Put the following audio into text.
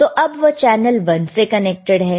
तो अब वह चैनल 1 से कनेक्टेड है